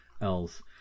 else